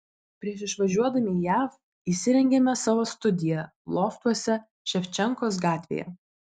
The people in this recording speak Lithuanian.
prieš išvažiuodami į jav įsirengėme savo studiją loftuose ševčenkos gatvėje